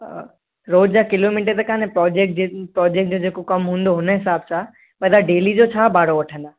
रोजु या किलोमीटर त कोन्हे प्रोजेक्ट जे प्रोजेक्ट जो जेको कमु हूंदो उन हिसाब सां मन डेली जो छा भाड़ो वठंदा